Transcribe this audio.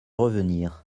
revenir